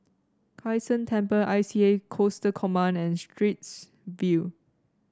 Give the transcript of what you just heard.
Kai San Temple I C A Coastal Command and Straits View